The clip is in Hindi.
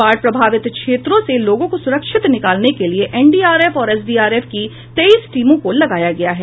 बाढ़ प्रभावित क्षेत्रों से लोगों को सुरक्षित निकालने के लिए एनडीआरएफ और एसडीआरएफ की तेईस टीमों को लगाया गया है